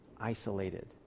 isolated